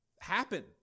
happen